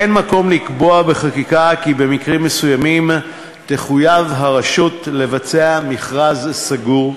אין מקום לקבוע בחקיקה כי במקרים מסוימים תחויב הרשות לבצע מכרז סגור,